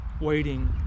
waiting